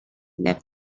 left